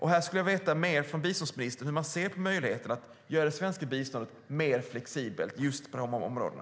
Här skulle jag vilja veta mer från biståndsministern om hur man ser på möjligheten att göra det svenska biståndet mer flexibelt just på dessa områden.